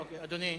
לכן, אדוני,